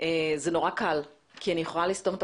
שזה נורא קל כי אני יכולה לסתום את